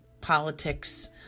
politics